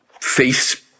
face